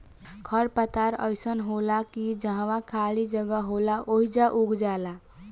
खर पतवार अइसन होला की जहवा खाली जगह होला ओइजा उग जाला